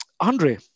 Andre